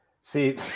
See